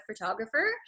photographer